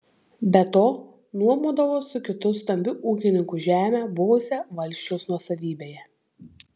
be to nuomodavo su kitu stambiu ūkininku žemę buvusią valsčiaus nuosavybėje